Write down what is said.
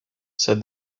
said